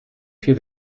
vier